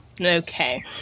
Okay